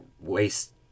waste